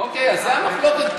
אוקיי, אז זו המחלוקת בינינו.